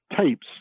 Tapes